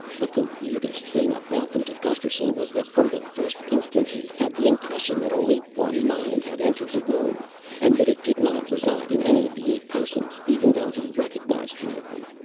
but the weirdest thing about them to gusterson was that from the first instant he had the impression that only one mind had entered the room and that it did not reside in any of the eight persons, even though he recognized three of them,